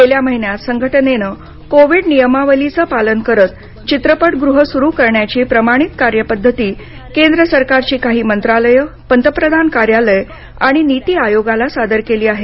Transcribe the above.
गेल्या महिन्यात संघटनेनं कोविड नियमावलीचं पालन करत चित्रपटगृहं सुरू करण्याची प्रमाणीत कार्यपद्धती केंद्र सरकारची काही मंत्रालयं पंतप्रधान कार्यालय आणि नीती आयोगाला सादर केली आहे